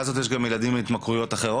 הזאת יש ילדים עם בעיות של סמים?